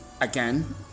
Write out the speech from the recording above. again